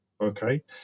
okay